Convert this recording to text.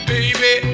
Baby